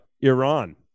Iran